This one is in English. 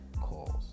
calls